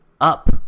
up